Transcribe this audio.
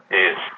yes